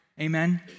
Amen